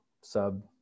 sub